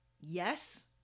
Yes